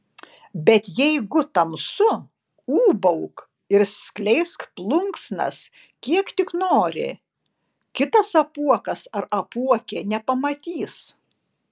bet jeigu tamsu ūbauk ir skleisk plunksnas kiek tik nori kitas apuokas ar apuokė nepamatys